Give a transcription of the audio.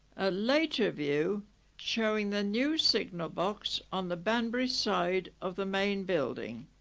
a later view showing the new signal box on the banbury side of the main building